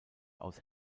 aus